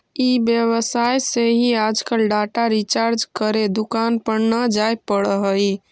ई व्यवसाय से ही आजकल डाटा रिचार्ज करे दुकान पर न जाए पड़ऽ हई